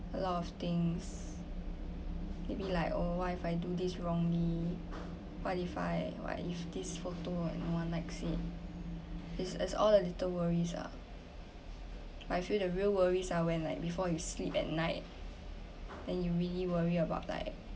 a lot of things maybe like oh what if I do this wrongly what if I what if this photo like no one likes it is is all the little worries ah but I feel the real worries are when like before you sleep at night then you really worry about like